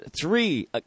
three